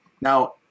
now